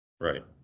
Right